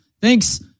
Thanks